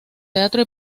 teatro